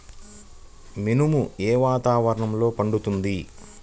మినుము ఏ వాతావరణంలో పండుతుంది?